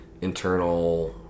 internal